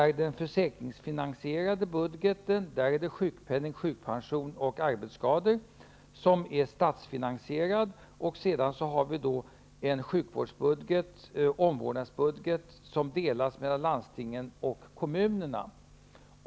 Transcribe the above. I den försäkringsfinansierade budgeten är sjukpenning, sjukpension och arbetsskadeersättning statsfinansierade. Sjukvårdsbudgeten, omvårdnadsbudgeten, delas mellan landstingen och kommunerna.